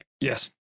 Yes